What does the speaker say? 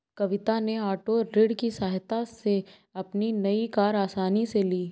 कविता ने ओटो ऋण की सहायता से अपनी नई कार आसानी से ली